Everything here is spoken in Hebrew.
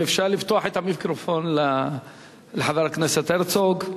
אם אפשר, לפתוח את המיקרופון לחבר הכנסת הרצוג.